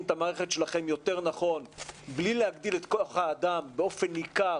את המערכת שלכן יותר נכון בלי להגדיל את כוח האדם באופן ניכר,